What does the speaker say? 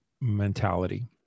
mentality